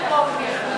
הלועזי?